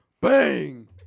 bang